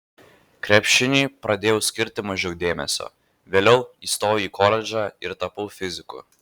krepšiniui pradėjau skirti mažiau dėmesio vėliau įstojau į koledžą ir tapau fiziku